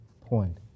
point